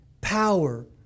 power